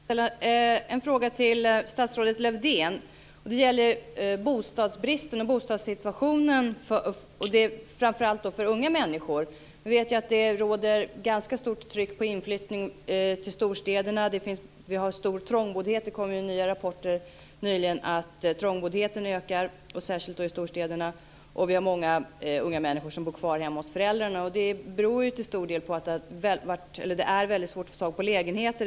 Fru talman! Jag vill ställa en fråga till statsrådet Lövdén. Det gäller bostadsbristen och bostadssituationen framför allt för unga människor. Vi vet att det råder ett ganska stort tryck på inflyttning till storstäderna. Vi har stor trångboddhet. Det kom nyligen rapporter om att trångboddheten ökar särskilt i storstäderna. Det finns många unga människor som bor kvar hemma hos föräldrarna. Det beror till stor del på att det är väldigt svårt att få tag på lägenheter.